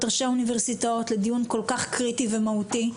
ראשי האוניברסיטאות לדיון כל כך קריטי ומהותי.